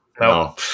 No